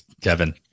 Kevin